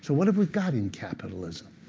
so what have we got in capitalism?